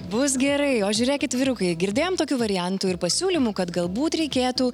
bus gerai o žiūrėkit vyrukai girdėjom tokių variantų ir pasiūlymų kad galbūt reikėtų